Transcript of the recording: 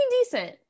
decent